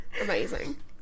Amazing